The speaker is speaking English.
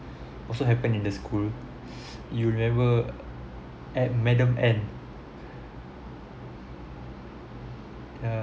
also happened in the school you remember at madam ann yeah